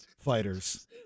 fighters